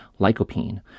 lycopene